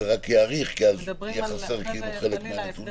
זה רק יאריך כי יהיו חסרים אז חלק מהנתונים.